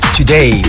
today